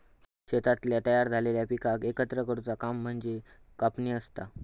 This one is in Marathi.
शेतातल्या तयार झालेल्या पिकाक एकत्र करुचा काम म्हणजे कापणी असता